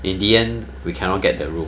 in the end we cannot get the room